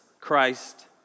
Christ